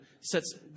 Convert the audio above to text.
sets